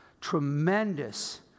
tremendous